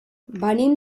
venim